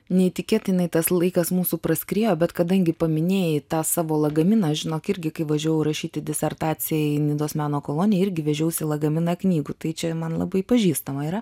neįtikėtinai tas laikas mūsų praskriejo bet kadangi paminėjai tą savo lagaminą žinok irgi kai važiavau rašyti disertaciją į nidos meno koloniją irgi vežiausi lagaminą knygų tai čia man labai pažįstama yra